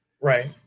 Right